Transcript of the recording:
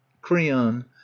creon